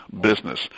business